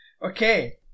Okay